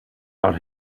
out